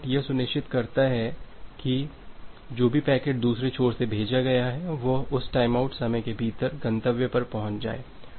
timeout यह सुनिश्चित करता है कि जो भी पैकेट दूसरे छोर से भेजा गया है वह उस टाइमआउट समय के भीतर गंतव्य पर पहुंच जाएगा